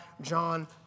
John